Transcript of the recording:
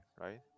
right